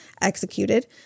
executed